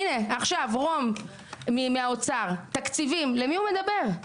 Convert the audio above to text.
הינה, עכשיו, רום מהאוצר, תקציבים, למי הוא מדבר?